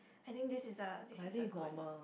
I think this is a this is a good